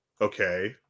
Okay